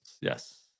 Yes